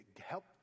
help